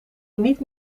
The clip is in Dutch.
niet